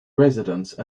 residence